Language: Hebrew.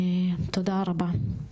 תודה רבה.